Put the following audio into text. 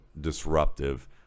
disruptive